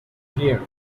here